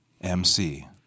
MC